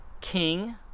king